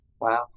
Wow